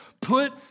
put